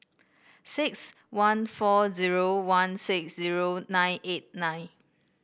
six one four zero one six zero nine eight nine